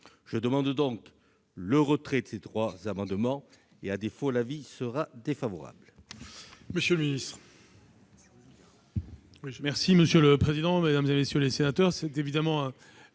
je demande le retrait de ces trois amendements. À défaut, l'avis sera défavorable.